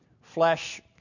Flesh